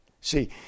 See